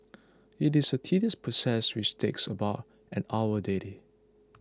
it is a tedious process which takes about an hour daily